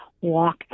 walk